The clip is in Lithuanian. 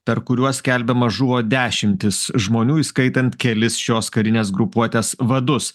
per kuriuos skelbiama žuvo dešimtys žmonių įskaitant kelis šios karinės grupuotės vadus